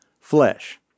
flesh